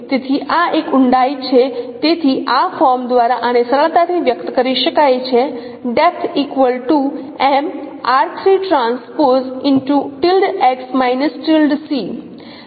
તેથી આ એક ઊંડાઈની છે તેથી આ ફોર્મ દ્વારા આને સરળતાથી વ્યક્ત કરી શકાય છે